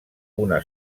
una